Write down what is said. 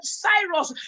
cyrus